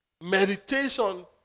meditation